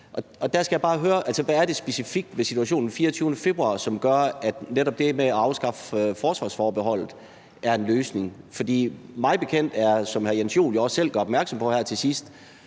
hvad det specifikt er ved situationen den 24. februar, som gør, at netop det at afskaffe forsvarsforbeholdet er en løsning. For mig bekendt – som hr. Jens Joel jo også selv gør opmærksom på her til sidst